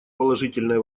положительное